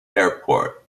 airport